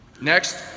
Next